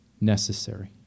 necessary